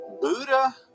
Buddha